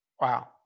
Wow